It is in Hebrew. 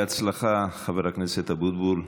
בהצלחה, חבר הכנסת אבוטבול.